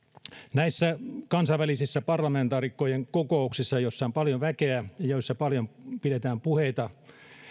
näissä kansainvälisissä parlamentaarikkojen kokouksissa joissa on paljon väkeä ja joissa paljon pidetään puheita